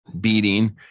beating